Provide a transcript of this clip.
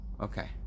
Okay